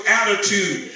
attitude